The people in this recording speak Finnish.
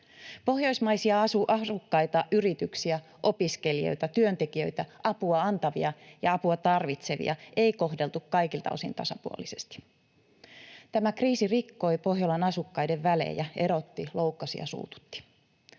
Pohjoismaisia asukkaita, yrityksiä, opiskelijoita, työntekijöitä, apua antavia ja apua tarvitsevia ei kohdeltu kaikilta osin tasapuolisesti. Tämä kriisi rikkoi Pohjolan asukkaiden välejä, erotti, loukkasi ja suututti.